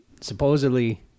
supposedly